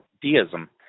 deism